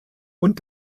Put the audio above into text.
und